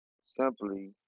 simply